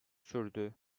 sürdü